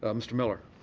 ah mr. miller?